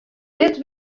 dit